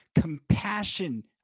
compassion